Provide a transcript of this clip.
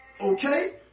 Okay